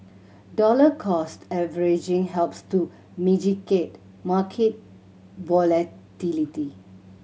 dollar cost averaging helps to mitigate market volatility